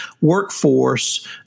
workforce